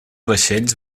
vaixells